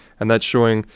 and that's showing,